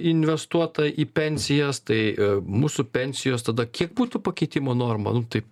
investuota į pensijas tai į mūsų pensijos tada kiek būtų pakeitimo norma nu taip